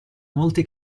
molti